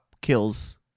kills